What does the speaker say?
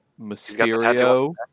Mysterio